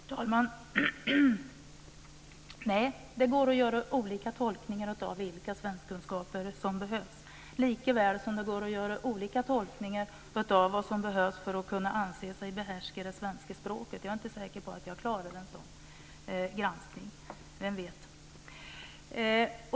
Herr talman! Nej, det går att göra olika tolkningar av vilka svenskkunskaper som behövs, likaväl som det går att göra olika tolkningar av vad som behövs för att kunna anse sig behärska det svenska språket. Jag är inte säker på att jag klarar en sådan granskning.